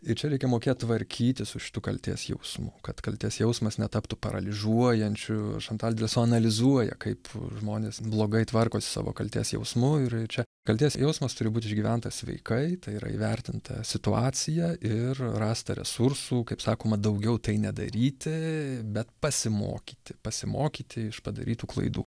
ir čia reikia mokėt tvarkytis su šitu kaltės jausmu kad kaltės jausmas netaptų paralyžiuojančių šantal delsol analizuoja kaip žmonės blogai tvarkos su kaltės jausmu ir čia kaltės jausmas turi būti išgyventas sveikai tai yra įvertinta situacija ir rasta resursų kaip sakoma daugiau tai nedaryti bet pasimokyti pasimokyti iš padarytų klaidų